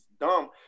dumb